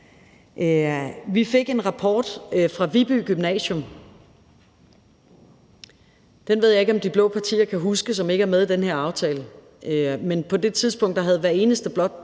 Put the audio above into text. Vi fik en rapport fra Viby Gymnasium, og den ved jeg ikke om de blå partier, som ikke er med i den her aftale, kan huske. Men på det tidspunkt havde hvert eneste blåt